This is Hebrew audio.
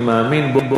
אני מאמין בו.